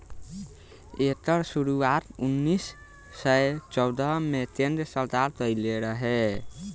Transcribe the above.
एकर शुरुआत उन्नीस सौ चौदह मे केन्द्र सरकार कइले रहे